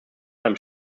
einem